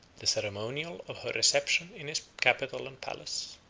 the ceremonial of her reception in his capital and palace.